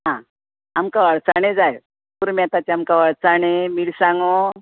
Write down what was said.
आं आमकां अळसांणे जाय पुरुमेंताचें आमकां अळसाणें मिरसांगो